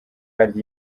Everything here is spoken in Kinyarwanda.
arya